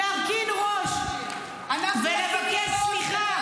להרכין ראש ולבקש סליחה.